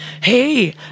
Hey